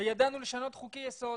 וידענו לשנות חוקי יסוד